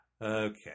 Okay